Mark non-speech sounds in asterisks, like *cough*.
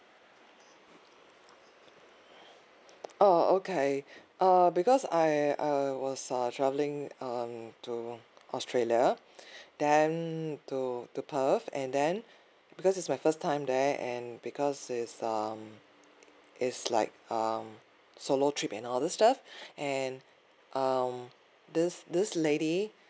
oh okay uh because I I was uh traveling um to australia then to to perth and then because is my first time there and because is um is like um solo trip and all this stuff *breath* and um this this lady